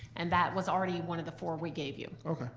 and that was already one of the four we gave you.